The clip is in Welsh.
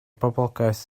boblogaeth